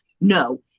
No